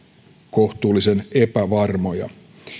kohtuullisen epävarmoja